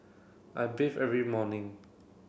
I bathe every morning